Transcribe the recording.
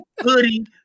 hoodie